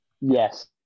Yes